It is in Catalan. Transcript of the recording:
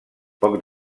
poc